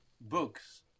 books